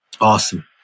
Awesome